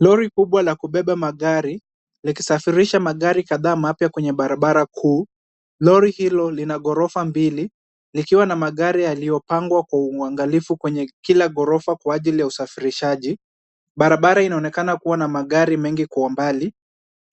Lori kubwa la kubeba magari, likisafirisha magari kadhaa mapya kwenye barabara kuu. Lori hilo lina ghorofa mbili. Likiwa na magari yaliyopangwa kwa uangalifu kwenye kila ghorofa kwaajili ya usafirishaji. Barabara inaonekana kuwa na magari mengi kwa umbali,